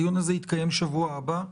הדיון הזה יתקיים שבוע הבא.